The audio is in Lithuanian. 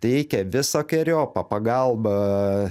teikia visokeriopą pagalbą